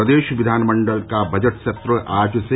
प्रदेश विधानमण्डल का बजट सत्र आज से